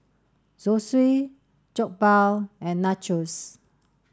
Zosui Jokbal and Nachos